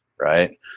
right